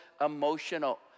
emotional